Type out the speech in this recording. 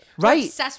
Right